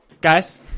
guys